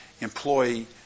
employee